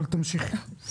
אבל תמשיכי.